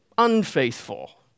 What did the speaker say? unfaithful